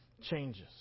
changes